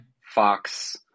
Fox